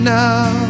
now